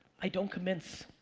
i don't convince.